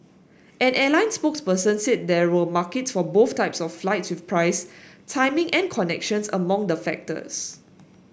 an airline spokes person said there were markets for both types of flights with price timing and connections among the factors